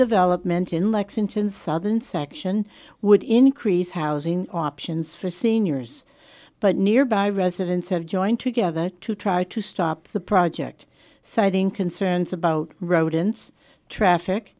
development in lexington southern section would increase housing options for seniors but nearby residents have joined together to try to stop the project citing concerns about rodents traffic